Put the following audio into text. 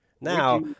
Now